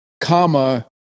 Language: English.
comma